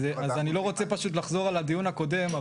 אני לא רוצה לגעת בדיון הקודם,